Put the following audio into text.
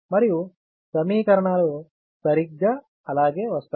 మరియు సమీకరణాలు సరిగ్గా అలాగే వస్తాయి